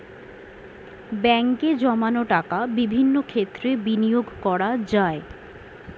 ব্যাঙ্কে জমানো টাকা বিভিন্ন ক্ষেত্রে বিনিয়োগ করা যায়